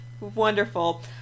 Wonderful